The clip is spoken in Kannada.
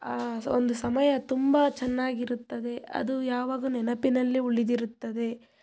ಆ ಒಂದು ಸಮಯ ತುಂಬ ಚೆನ್ನಾಗಿರುತ್ತದೆ ಅದು ಯಾವಾಗ್ಲೂ ನೆನಪಿನಲ್ಲಿ ಉಳಿದಿರುತ್ತದೆ